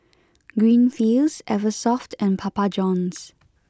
Greenfields Eversoft and Papa Johns